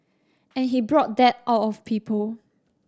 and he brought that out of people